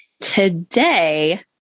Today